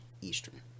Eastern